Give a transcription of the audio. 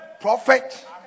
Prophet